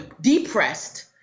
depressed